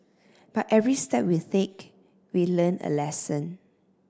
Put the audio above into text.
but every step we take we learn a lesson